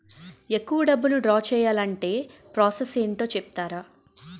ఎక్కువ డబ్బును ద్రా చేయాలి అంటే ప్రాస సస్ ఏమిటో చెప్తారా?